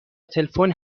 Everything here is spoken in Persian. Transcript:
تلفن